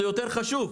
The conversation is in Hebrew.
זה יותר חשוב.